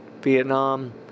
Vietnam